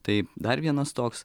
tai dar vienas toks